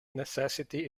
necessity